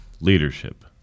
leadership